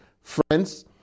Friends